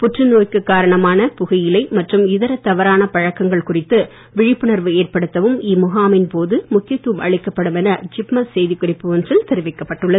புற்று நோய்க்கு காரணமான புகையிலை மற்றும் இதர தவறான பழக்கங்கள் குறித்து விழிப்புணர்வு ஏற்படுத்தவும் இம்முகாமின் போது முக்கியத் துவம் அளிக்கப்படும் என ஜிப்மர் செய்திக் குறிப்பு ஒன்றில் தெரிவிக்கப்பட்டுள்ளது